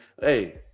Hey